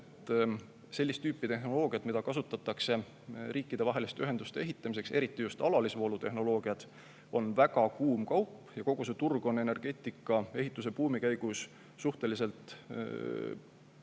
et sellist tüüpi tehnoloogia, mida kasutatakse riikidevaheliste ühenduste ehitamiseks, eriti just alalisvoolutehnoloogia, on väga kuum kaup. Kogu see turg on energeetika ehitusbuumi käigus suhteliselt endal